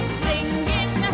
singing